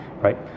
right